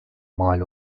mal